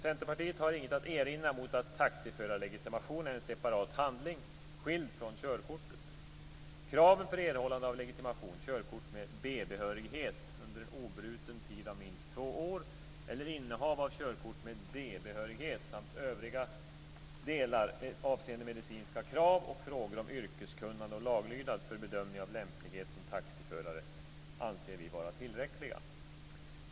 Centerpartiet har inget att erinra mot att taxiförarlegitimation är en separat handling skild från körkortet. Kraven för erhållande av legitimation - behörighet samt övriga delar avseende medicinska krav och frågor om yrkeskunnande och laglydnad för bedömning av lämplighet som taxiförare - anser vi vara tillräckliga.